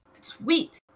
Sweet